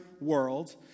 world